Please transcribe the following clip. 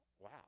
Wow